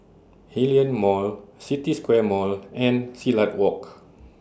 Hillion Mall City Square Mall and Silat Walk